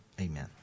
Amen